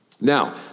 Now